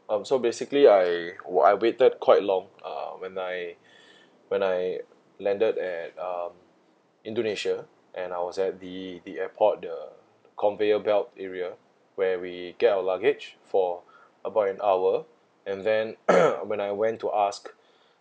um so basically I while I waited quite long uh when I when I landed at um indonesia and I was at the the airport the conveyor belt area where we get our luggage for about an hour and then uh when I went to asked